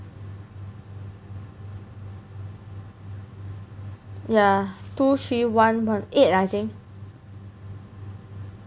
ya two three one one eight I think